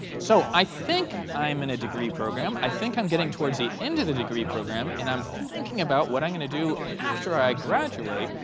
so i think i'm in a degree program. i think i'm getting towards the end of the degree program. and i'm thinking about what i'm going to do after i graduate.